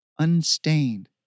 unstained